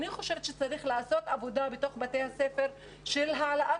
אני חושבת שצריך לעשות עבודה בתוך בתי הספר של העלאת